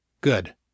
Good